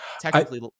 technically